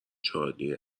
چارلی